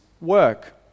work